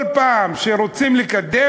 כל פעם שרוצים לקדם,